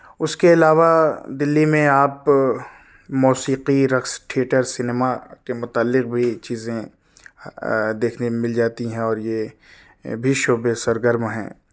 اس کے علاوہ دلی میں آپ موسیقی رقص تھیئٹر سنیما کے متعلق بھی چیزیں دیکھنے میں مل جاتی ہیں اور یہ بھی شعبے سرگرم ہیں